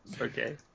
Okay